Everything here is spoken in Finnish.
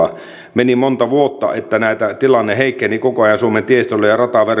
meni monta vuotta niin että tämä tilanne suomen tiestöllä ja rataverkolla heikkeni koko ajan